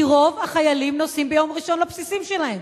כי רוב החיילים נוסעים ביום ראשון לבסיסים שלהם.